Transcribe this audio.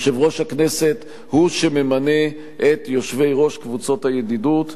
יושב-ראש הכנסת הוא שממנה את יושבי-ראש קבוצות הידידות,